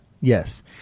yes